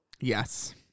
Yes